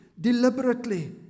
deliberately